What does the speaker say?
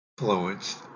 influenced